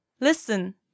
Listen